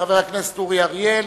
ולחבר הכנסת אורי אריאל